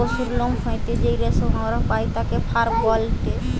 পশুর লোম হইতে যেই রেশম আমরা পাই তাকে ফার বলেটে